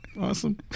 awesome